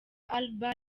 alba